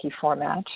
format